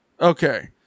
Okay